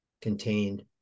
contained